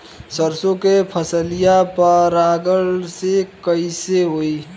सरसो के फसलिया परागण से कईसे होई?